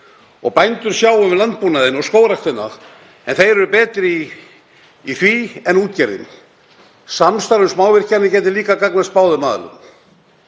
og bændur sjái um landbúnaðinn og skógræktina sem þeir eru betri í en útgerðin? Samstarf um smávirkjanir gæti líka gagnast báðum aðilum.